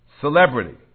Celebrity